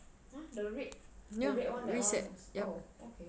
!huh! the red red one also oh okay